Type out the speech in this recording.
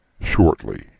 shortly